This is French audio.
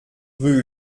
rue